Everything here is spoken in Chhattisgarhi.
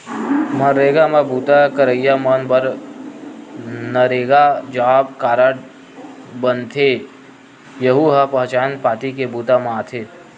मनरेगा म बूता करइया मन बर नरेगा जॉब कारड बनथे, यहूं ह पहचान पाती के बूता म आथे